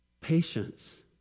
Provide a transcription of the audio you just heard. Patience